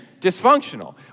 dysfunctional